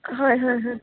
হয় হয় হয়